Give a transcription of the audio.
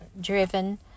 driven